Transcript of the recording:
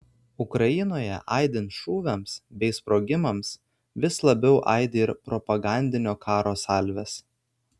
ukrainoje aidint šūviams bei sprogimams vis labiau aidi ir propagandinio karo salvės